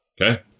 okay